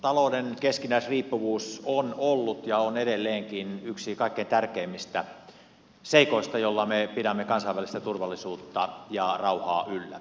talouden keskinäisriippuvuus on ollut ja on edelleenkin yksi kaikkein tärkeimmistä seikoista joilla me pidämme kansainvälistä turvallisuutta ja rauhaa yllä